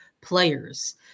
players